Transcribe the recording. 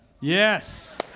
Yes